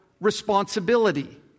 responsibility